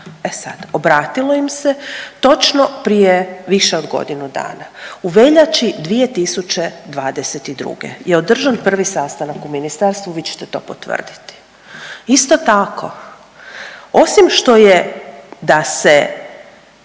E sad, obratilo su im se točno prije više od godinu dana. U veljači 2022. je održan prvi sastanak u ministarstvu, vi ćete to potvrditi. Isto tako, osim što je, da se